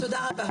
תודה רבה.